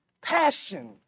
passion